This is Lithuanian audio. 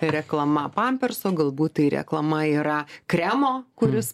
tai reklama pampersų galbūt tai reklama yra kremo kuris